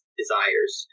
desires